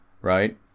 right